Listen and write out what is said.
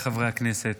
הכנסת,